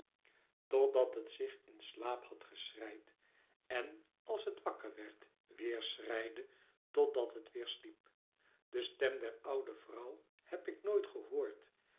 totdat het zich in slaap had geschreid en als het wakker werd weer schreide totdat het weer sliep be stem der oude vrouw heb ik nooit gehoord